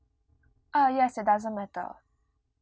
ah yes it doesn't matter